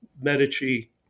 Medici